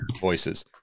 voices